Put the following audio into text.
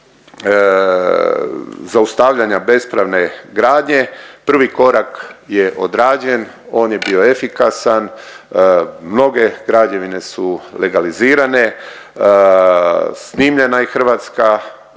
zaustavljanja bespravne gradnje, prvi korak je odrađen, on je bio efikasan. Mnoge građevine su legalizirane, snimljena je Hrvatska